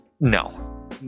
No